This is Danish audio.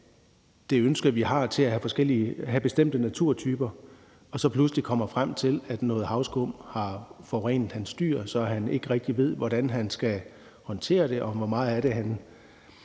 bestemte naturtyper, plejer nogle naturarealer, og som pludselig kommer frem til, at noget havskum har forurenet hans dyr, så han ikke rigtig ved, hvordan han skal håndtere det, hvor mange af dem han